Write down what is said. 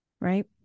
right